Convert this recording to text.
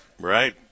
right